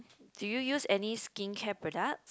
do you use any skincare product